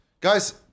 Guys